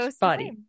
body